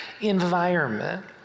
environment